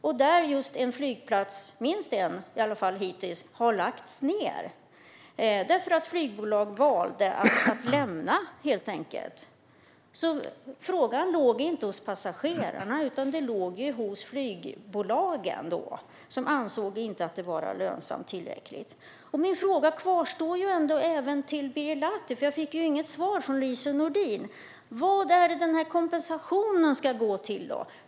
Där har minst en flygplats lagts ned hittills därför att flygbolagen valde att lämna den. Frågan låg inte hos passagerarna, utan den låg hos flygbolagen, som inte ansåg det vara tillräckligt lönsamt. Min fråga kvarstår även till Birger Lahti, för jag fick inget svar från Lise Nordin: Vad ska kompensationen gå till?